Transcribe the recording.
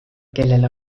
kellele